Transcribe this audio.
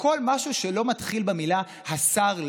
לכל משהו שלא מתחיל במילה "השר",